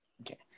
Okay